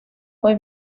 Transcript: fue